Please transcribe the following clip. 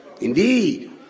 Indeed